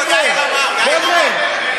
חבר'ה,